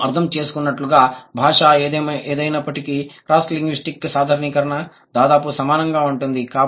మనము అర్థం చేసుకున్నట్లుగా భాష ఏదైనప్పటికీ క్రాస్ లింగ్విస్టిక్ సాధారణీకరణ దాదాపు సమానంగా ఉంటుంది